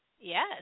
Yes